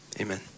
amen